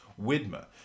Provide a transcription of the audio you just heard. Widmer